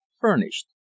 furnished